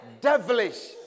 Devilish